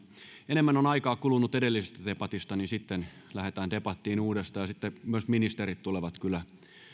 enemmän on aikaa kulunut edellisestä debatista lähdetään debattiin uudestaan ja sitten myös ministerit tulevat kyllä